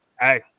hey